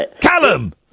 Callum